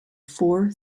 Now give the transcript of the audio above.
four